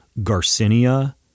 garcinia